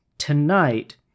Tonight